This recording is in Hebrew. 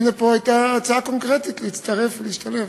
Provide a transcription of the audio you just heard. הנה, פה הייתה הצעה קונקרטית להצטרף ולהשתלב,